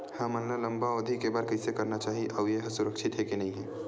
हमन ला लंबा अवधि के बर कइसे करना चाही अउ ये हा सुरक्षित हे के नई हे?